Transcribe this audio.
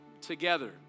together